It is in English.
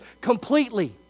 completely